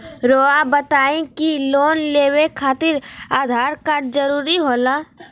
रौआ बताई की लोन लेवे खातिर आधार कार्ड जरूरी होला?